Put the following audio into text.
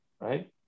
right